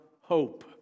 hope